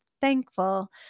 thankful